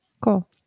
Cool